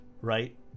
right